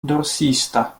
dorsista